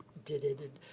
did, id,